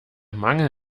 mangel